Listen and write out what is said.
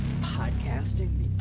podcasting